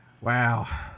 Wow